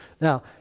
Now